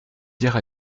dire